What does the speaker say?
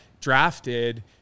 drafted